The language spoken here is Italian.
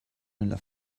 nella